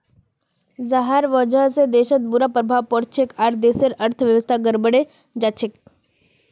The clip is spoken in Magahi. जहार वजह से देशत बुरा प्रभाव पोरछेक आर देशेर अर्थव्यवस्था गड़बड़ें जाछेक